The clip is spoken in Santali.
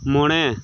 ᱢᱚᱬᱮ